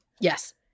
Yes